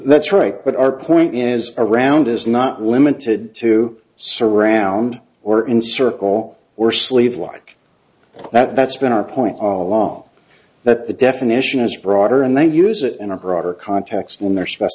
that's right but our point is a round is not limited to surround or in circle we're sleeve like that that's been our point all along that the definition is broader and they use it in a broader context in their sp